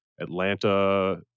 Atlanta